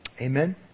Amen